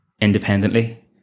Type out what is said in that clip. independently